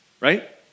Right